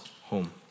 home